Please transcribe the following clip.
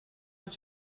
het